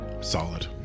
Solid